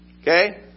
Okay